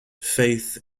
faith